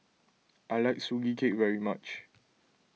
I like Sugee Cake very much